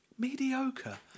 Mediocre